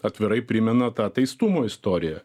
atvirai primena tą teistumo istoriją